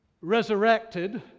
resurrected